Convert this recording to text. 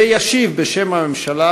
וישיב בשם הממשלה,